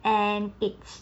and it